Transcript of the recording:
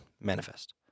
manifest